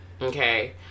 Okay